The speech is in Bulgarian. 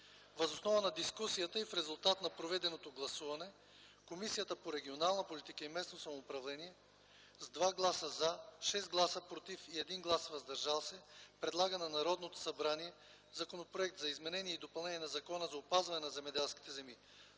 Въз основа на дискусията и в резултат на проведеното гласуване Комисията по регионална политика и местно самоуправление с 2 гласа „за”, 6 гласа „против” и 1 глас „въздържал се” предлага на Народното събрание Законопроект за изменение и допълнение на Закона за опазване на земеделските земи,